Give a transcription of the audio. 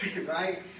right